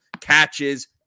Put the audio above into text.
catches